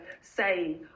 say